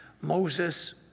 Moses